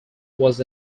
was